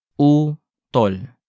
Utol